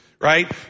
right